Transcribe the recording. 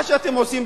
מה שאתם עושים,